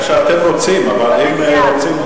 איך שאתם רוצים, אבל אם רוצים,